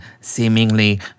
seemingly